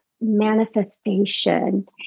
manifestation